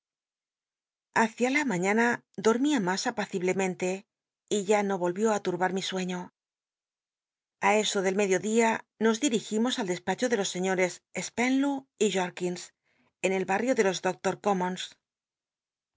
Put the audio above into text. icia la mañana dormía mas apaciblemente y ya no ohió i turbar mi sueño a e o del medio dia nos ditigimos al des acho ele los señores spenlow y jorkins en el barrio de los